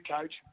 coach